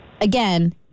Again